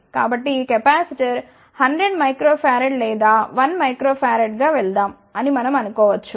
కాబట్టి ఈ capacitor 100 microfarad లేదా 1 మైక్రోఫారడ్గా వెళ్దాం అని మనం అనుకో వచ్చు